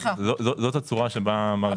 זו לא תשובה.